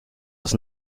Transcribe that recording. das